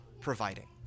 providing